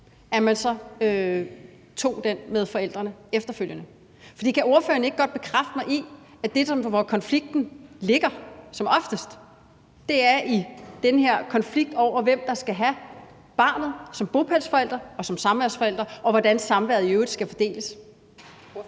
man så tage den med forældrene. For kan ordføreren ikke godt bekræfte mig i, at der, hvor konflikten som oftest ligger, er i konflikten om, hvem der skal have barnet som bopælsforælder, og hvem der skal være samværsforælder, og hvordan samværet i øvrigt skal fordeles?